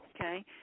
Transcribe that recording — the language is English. okay